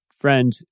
friend